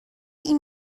این